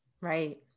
Right